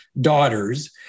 daughters